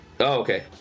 Okay